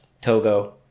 Togo